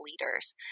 leaders